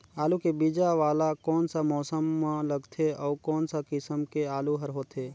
आलू के बीजा वाला कोन सा मौसम म लगथे अउ कोन सा किसम के आलू हर होथे?